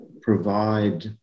provide